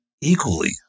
equally